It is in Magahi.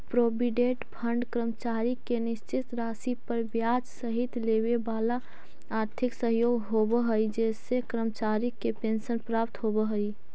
प्रोविडेंट फंड कर्मचारी के निश्चित राशि पर ब्याज सहित देवेवाला आर्थिक सहयोग होव हई जेसे कर्मचारी के पेंशन प्राप्त होव हई